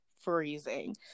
freezing